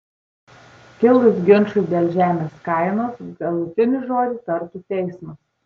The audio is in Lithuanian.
kilus ginčui dėl žemės kainos galutinį žodį tartų teismas